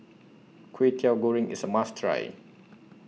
Kway Teow Goreng IS A must Try